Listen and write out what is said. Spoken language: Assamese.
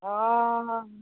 অ